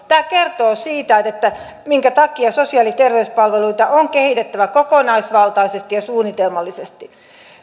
tämä kertoo siitä minkä takia sosiaali ja terveyspalveluita on kehitettävä kokonaisvaltaisesti ja suunnitelmallisesti